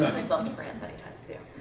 myself to france any time soon.